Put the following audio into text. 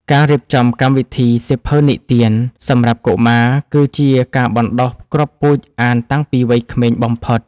ការរៀបចំកម្មវិធី សៀវភៅនិទាន សម្រាប់កុមារ គឺជាការបណ្ដុះគ្រាប់ពូជអានតាំងពីវ័យក្មេងបំផុត។